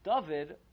David